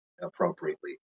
appropriately